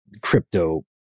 crypto